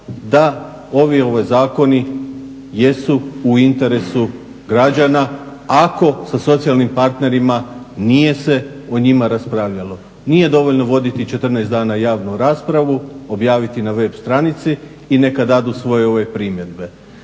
da ovi zakoni jesu u interesu građana ako sa socijalnim partnerima nije se o njima raspravljalo. Nije dovoljno voditi 14 dana javnu raspravu, objaviti na web stranici i neka dadu svoje primjedbe.